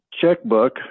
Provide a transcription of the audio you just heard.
checkbook